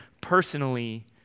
personally